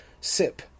SIP